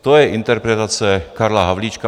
To je interpretace Karla Havlíčka.